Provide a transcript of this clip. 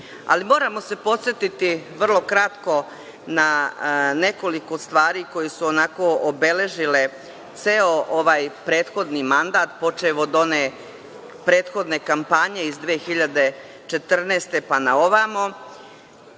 moramo se podsetiti vrlo kratko na nekoliko stvari koje su obeležile ceo ovaj prethodni mandat, počev od one prethodne kampanje iz 2014. godine, pa na ovamo.